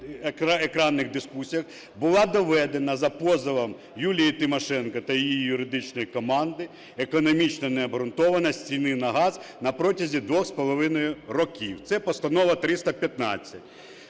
екранних дискусіях, була доведена за позовом Юлії Тимошенко та її юридичної команди економічна необґрунтованість ціни на газ на протязі двох з половиною років. Це Постанова 315.